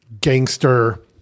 gangster